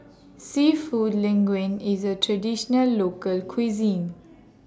Seafood Linguine IS A Traditional Local Cuisine